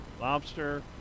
lobster